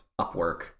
Upwork